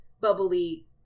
bubbly